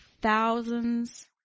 thousands